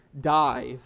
dive